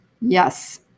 Yes